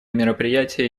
мероприятие